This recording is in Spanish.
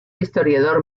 historiador